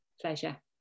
pleasure